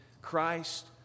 Christ